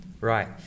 right